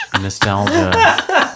nostalgia